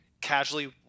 casually